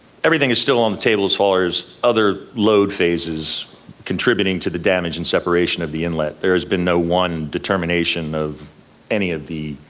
everything is still on the table as far as other load phases contributing to the damage and separation of the inlet. there has been no one determination of any of the